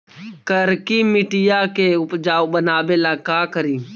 करिकी मिट्टियां के उपजाऊ बनावे ला का करी?